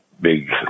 big